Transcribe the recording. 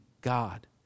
God